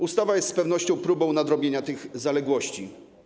Ustawa jest z pewnością próbą nadrobienia tych zaległości.